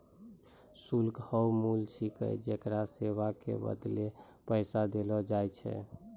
शुल्क हौअ मूल्य छिकै जेकरा सेवा के बदले पैसा देलो जाय छै